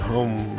Home